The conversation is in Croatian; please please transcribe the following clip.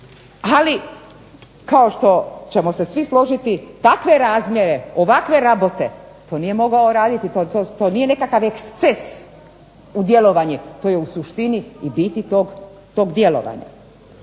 Ali kao što ćemo se svi složiti, takve razmjere ovakve rabote to nije mogao raditi. To nije nekakav eksces u djelovanje. To je u suštini i biti tog djelovanja.